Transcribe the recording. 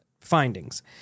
findings